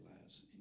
lives